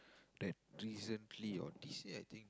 that recently or this year I think